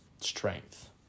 strength